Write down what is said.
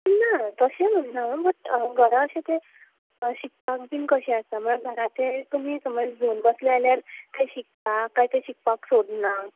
ना तशें म्हणीना हांव बट घरा अशें तें शिकपाक बी कशें आसा म्हणजे तुमी जर घेवन बसले जाल्यार कांय शिकता कांय शिकपाक सोदना